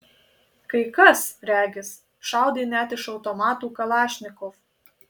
kai kas regis šaudė net iš automatų kalašnikov